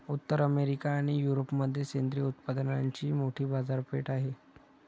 उत्तर अमेरिका आणि युरोपमध्ये सेंद्रिय उत्पादनांची मोठी बाजारपेठ आहे